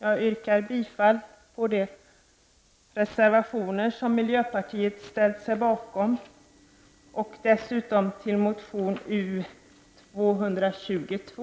Jag yrkar bifall till de reservationer som miljöpartiet har ställt sig bakom och dessutom till motion U222.